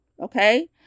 okay